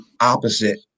opposite